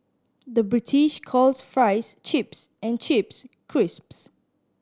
the British calls fries chips and chips crisps